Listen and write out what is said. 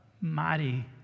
mighty